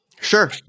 Sure